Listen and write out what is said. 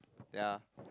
ya